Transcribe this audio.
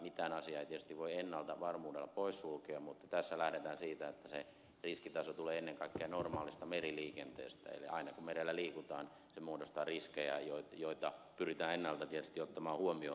mitään asiaa ei tietysti voi ennalta varmuudella pois sulkea mutta tässä lähdetään siitä että se riskitaso tulee ennen kaikkea normaalista meriliikenteestä eli aina kun merellä liikutaan se muodostaa riskejä joita pyritään ennalta tietysti ottamaan huomioon